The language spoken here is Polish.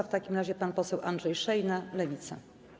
W takim razie pan poseł Andrzej Szejna, Lewica.